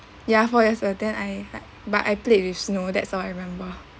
ya four years at then I like but I played with snow that's all I remember